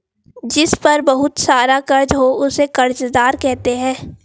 जिस पर बहुत सारा कर्ज हो उसे कर्जदार कहते हैं